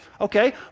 okay